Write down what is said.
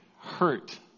hurt